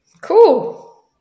Cool